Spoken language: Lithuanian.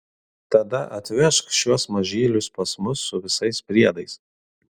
tada atvežk šiuos mažylius pas mus su visais priedais